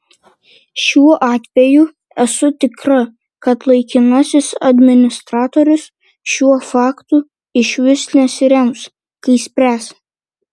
šiuo atveju esu tikra kad laikinasis administratorius šiuo faktu išvis nesirems kai spręs